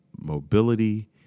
mobility